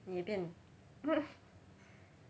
你也变